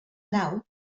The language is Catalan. nau